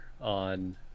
on